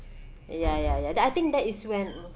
ya ya ya that I think that is when